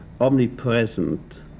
omnipresent